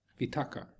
vitaka